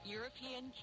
European